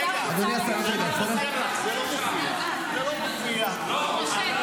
------ איפה החולצות --- אני מבקש.